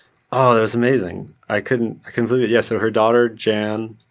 oh, it was amazing. i couldn't, i completely, yes, so her daughter, jan,